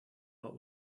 what